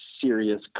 serious